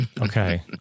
Okay